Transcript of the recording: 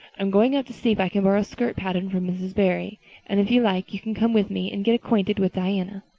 i'm going up to see if i can borrow a skirt pattern from mrs. barry, and if you like you can come with me and get acquainted with diana.